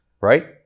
right